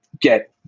get